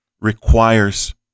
requires